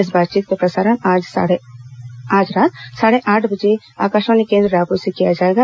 इस बातचीत का प्रसारण आज रात साढ़े आठ बजे आकाशवाणी केन्द्र रायपुर से किया जाएगा